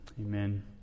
amen